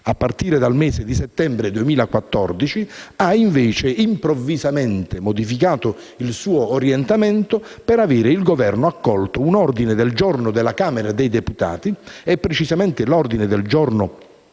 A partire dal mese di settembre 2014, ha invece improvvisamente modificato il suo orientamento, per aver il Governo accolto un ordine del giorno della Camera dei deputati, precisamente il 31 luglio